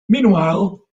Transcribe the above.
meanwhile